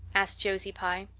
asked josie pye.